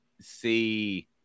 see